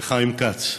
חיים כץ.